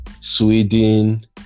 sweden